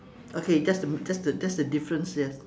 okay that's the that's the that's the difference yes